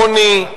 עוני,